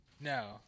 No